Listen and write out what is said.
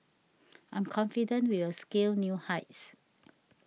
I'm confident we will scale new heights